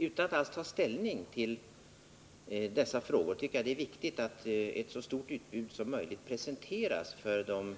Utan att alls ta ställning till dessa frågor tycker jag det är viktigt att så stort utbud som möjligt presenteras för de